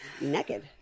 naked